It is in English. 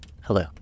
hello